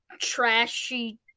trashy